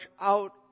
out